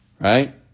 right